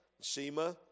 Shema